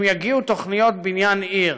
אם יגיעו תוכניות בניין עיר,